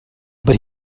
but